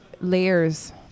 layers